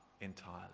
entirely